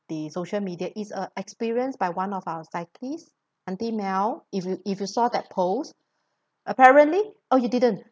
the social media is a experience by one of our cyclists auntie mel if you if you saw that post apparently oh you didn't